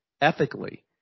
ethically